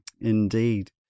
indeed